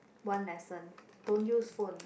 one lesson don't use phone